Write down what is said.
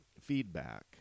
feedback